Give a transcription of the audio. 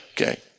Okay